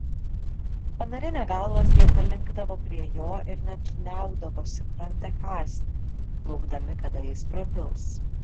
panarinę galvas jie palinkdavo prie jo ir net liaudavosi kramtę kąsnį laukdami kada jis prabils